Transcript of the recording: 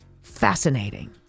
fascinating